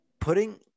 putting